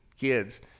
kids